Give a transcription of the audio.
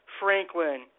Franklin